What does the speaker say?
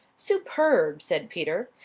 superb, said peter.